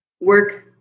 work